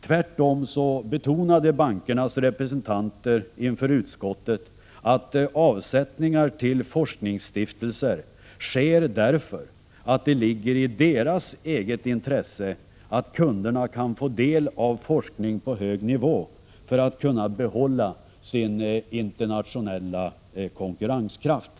Tvärtom betonade bankernas representanter inför utskottet att avsättningar till forskningsstiftelser sker därför att det ligger i bankernas eget intresse att kunderna kan få del av forskning på hög nivå för att kunna behålla sin internationella konkurrenskraft. Prot.